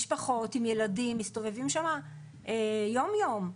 משפחות עם ילדים מסתובבים שם יום יום,